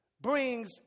brings